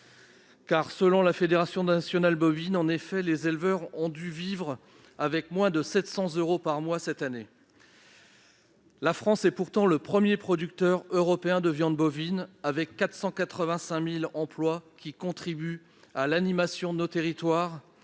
Selon la Fédération nationale bovine, les éleveurs ont dû vivre avec moins de 700 euros par mois l'année dernière. La France est pourtant le premier producteur européen de viande bovine, avec 485 000 emplois qui contribuent à l'animation de nos territoires